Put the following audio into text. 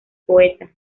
poeta